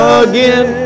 again